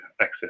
access